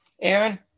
Aaron